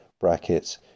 Brackets